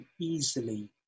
easily